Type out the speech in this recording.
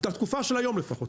את התקופה של היום לפחות,